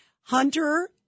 Hunter